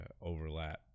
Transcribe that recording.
overlap